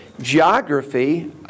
Geography